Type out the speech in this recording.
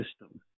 system